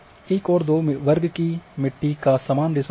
1 और 2 वर्ग की मिट्टी का समान रिसाव मान हैं